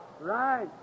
Right